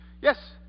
Yes